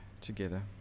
together